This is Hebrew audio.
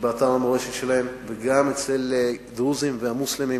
באתר המורשת שלהם וגם אצל דרוזים ומוסלמים